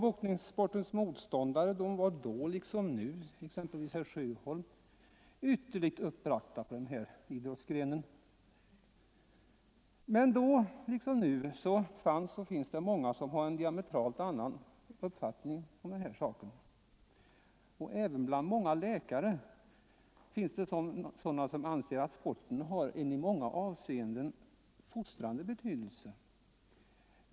Boxningssportens motståndare var då, liksont nu exempelvis herr Sjöholm, ytterligt uppbragta på denna idrottsgren. Men då liksom nu fanns det många med en diametralt annan uppfattning om den här saken. Även bland läkarna finns det många som anser att sporten har en i många avseenden fostrande betydelse.